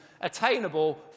attainable